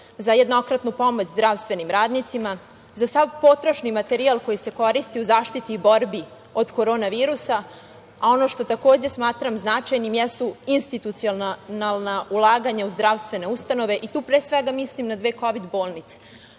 za jednokratnu pomoć zdravstvenim radnicima, za sav potrošni materijal koji se koristi u zaštiti i borbi od Korona virusa, a ono što takođe smatram značajnim jesu institucionalna ulaganja u zdravstvene ustanove i tu pre svega mislim na dve kovid bolnice